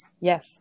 yes